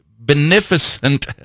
beneficent